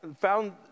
found